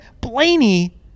Blaney